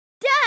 Dad